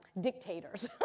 dictators